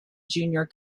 junior